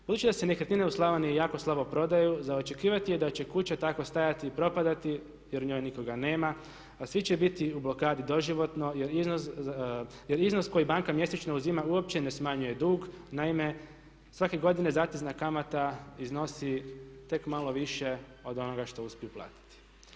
Budući da se nekretnine u Slavoniji jako slabo prodaju za očekivati je da će kuća tako stajati i propadati jer u njoj nikoga nema a svi će biti u blokadi doživotno jer iznos koji banka mjesečno uzima uopće ne smanjuje dug, naime, svake godine zatezna kamata iznosi tek malo više od onoga što uspiju platiti.